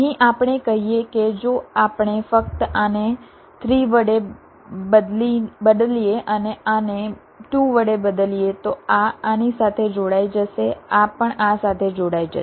અહીં આપણે કહીએ કે જો આપણે ફક્ત આને 3 વડે બદલીએ અને આને 2 વડે બદલીએ તો આ આની સાથે જોડાઈ જશે આ પણ આ સાથે જોડાઈ જશે